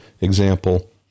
example